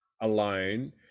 alone